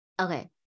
Okay